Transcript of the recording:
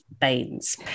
Baines